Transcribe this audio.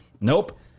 nope